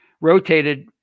rotated